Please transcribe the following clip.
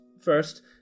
First